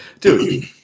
dude